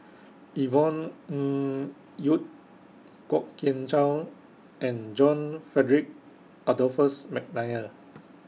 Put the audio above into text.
Yvonne Ng Uhde Kwok Kian Chow and John Frederick Adolphus Mcnair